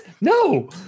No